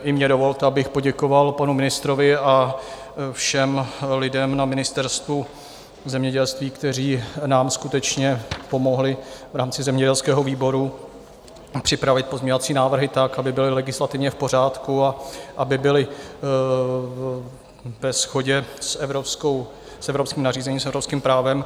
I mně dovolte, abych poděkoval panu ministrovi a všem lidem na Ministerstvu zemědělství, kteří nám skutečně pomohli v rámci zemědělského výboru připravit pozměňovací návrhy tak, aby byly legislativně v pořádku a aby byly ve shodě s evropským nařízením, s evropským právem.